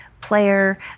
player